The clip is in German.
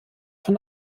von